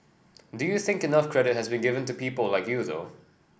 do you think enough credit has been given to people like you though